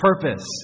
purpose